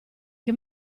che